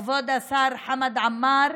כבוד השר חמד עמאר,